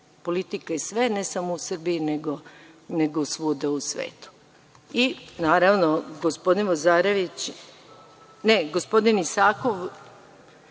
Politika je sve, ne samo u Srbiji, nego svuda u svetu. Naravno, gospodin Vozarević,